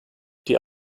die